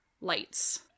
lights